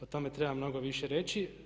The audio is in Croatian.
O tome treba mnogo više reći.